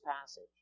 passage